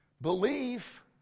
Belief